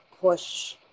push